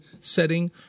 setting